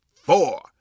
four